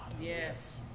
Yes